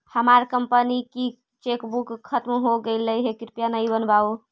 हमार कंपनी की चेकबुक खत्म हो गईल है, कृपया नई बनवाओ